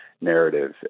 narrative